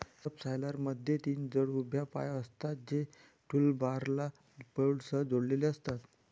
सबसॉयलरमध्ये तीन जड उभ्या पाय असतात, जे टूलबारला बोल्टसह जोडलेले असतात